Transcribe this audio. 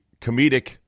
comedic